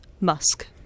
Musk